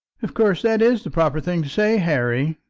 of course that is the proper thing to say, harry.